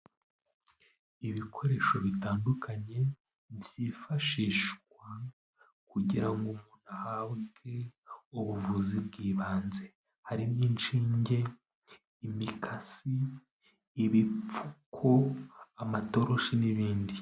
Ibikoresho bitandukanye byifashishwa kugira ngo umuntu ahabwe ubuvuzi bw'ibanze, harimo inshinge, imikasi, ibipfuko, amatoroshi n'ibindi.